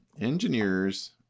engineers